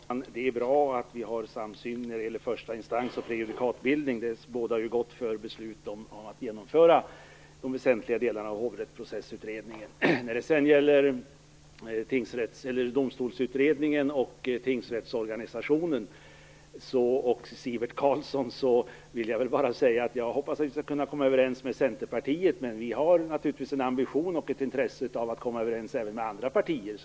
Herr talman! Det är bra att vi har samsyn när det gäller förstainstans och prejudikatbildning. Det bådar ju gott inför beslut om att genomföra de väsentliga delarna av hovrättsprocessutredningen. När det gäller Domstolsutredningen och tingsrättsorganisationen vill jag till Sivert Carlsson säga att jag hoppas att vi skall kunna överens med Centerpartiet. Men vi har naturligtvis en ambition och ett intresse av att komma överens även med andra partier.